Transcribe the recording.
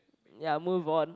ya move on